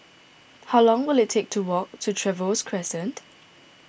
how long will it take to walk to Trevose Crescent